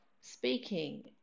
speaking